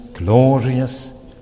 glorious